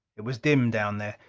it was dim down there.